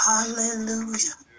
Hallelujah